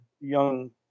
young